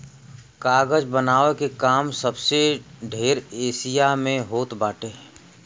कागज बनावे के काम सबसे ढेर एशिया में होत बाटे